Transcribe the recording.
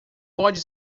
pode